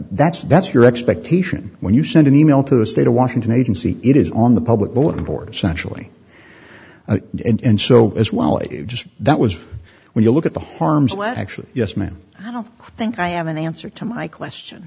that's that's your expectation when you send an e mail to the state of washington agency it is on the public bulletin board centrally and so as well is just that was when you look at the harms well actually yes ma'am i don't think i have an answer to my question